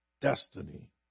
destiny